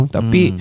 Tapi